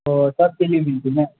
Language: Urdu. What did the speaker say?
او سب کے لیے